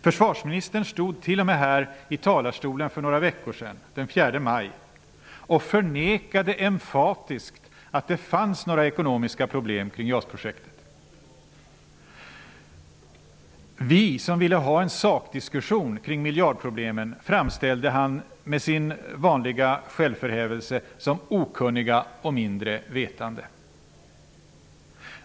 Försvarsministern stod t.o.m. här i talarstolen för några veckor sedan -- den 4 maj -- och förnekade emfatiskt att det fanns några ekonomiska problem kring JAS-projektet. Vi som ville ha en sakdiskussion kring miljardproblemen framställde han med sin vanliga självförhävelse som okunniga och mindre vetande.